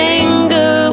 anger